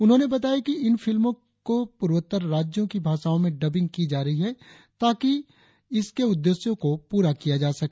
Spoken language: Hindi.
उन्होंने बताया कि इन फिल्मों की पूर्वोत्तर राज्यों की भाषाओं में डबिंग की जा रही है ताकि इसके उद्देश्यों को पूरा किया जा सके